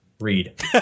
read